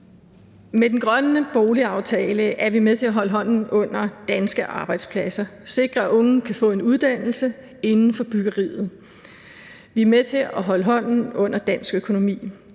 Med den grønne boligaftale er vi med til at holde hånden under danske arbejdspladser og sikre, at unge kan få en uddannelse inden for byggeriet. Vi er med til at holde hånden under dansk økonomi,